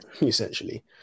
essentially